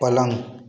पलंग